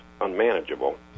unmanageable